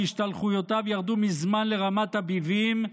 שהשתלחויותיו ירדו מזמן לרמת הביבים,